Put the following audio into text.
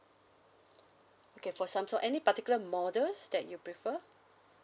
okay for Samsung any particular models that you prefer